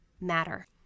matter